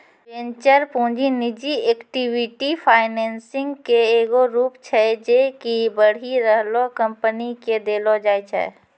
venture पूंजी निजी equity financing के एगो रूप छै जे कि बढ़ि रहलो कंपनी के देलो जाय छै